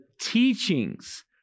teachings